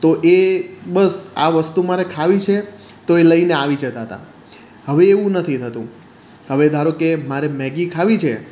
તો એ બસ આ વસ્તુ મારે ખાવી છે તો એ લઈને આવી જતા હતા હવે એવું નથી થતું હવે ધારો કે મારે મેગી ખાવી છે